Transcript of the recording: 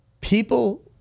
People